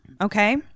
Okay